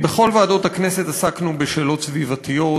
בכל ועדות הכנסת עסקנו בשאלות סביבתיות,